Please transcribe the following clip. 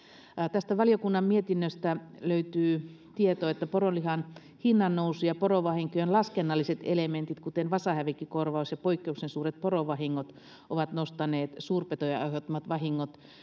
tästä valiokunnan mietinnöstä löytyy tieto että poronlihan hinnannousu ja porovahinkojen laskennalliset elementit kuten vasahävikkikorvaus ja poikkeuksellisen suuret porovahingot ovat nostaneet suurpetojen aiheuttamat vahingot